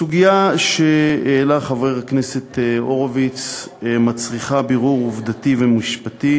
הסוגיה שהעלה חבר הכנסת הורוביץ מצריכה בירור עובדתי ומשפטי